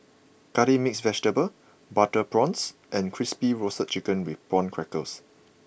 Curry Mixed Vegetable Butter Prawns and Crispy Roasted Chicken with prawn crackers